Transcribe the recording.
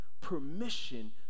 permission